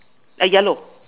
yellow